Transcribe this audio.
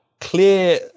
clear